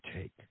take